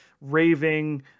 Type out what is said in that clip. raving